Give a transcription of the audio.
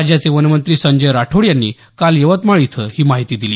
राज्याचे वनमंत्री संजय राठोड यांनी काल यवतमाळ इथं ही माहिती दिली